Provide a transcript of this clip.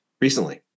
recently